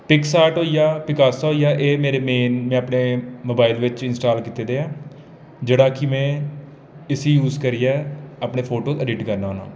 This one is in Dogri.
पिक साट होइ जा पिकासा होइ एह् मेरे मेन में अपने मोबाइल बिच इंस्टाल कीते दे ऐ जेह्ड़ा की में इसी जूय करियै अपने फोटो अडिट करना होन्नां